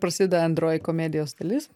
prasideda antroji komedijos dalis